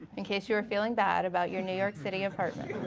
in case you were feeling bad about your new york city apartment.